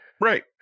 right